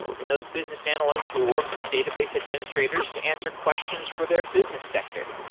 and those business analysts would work with database administrators to answer questions for their business sector.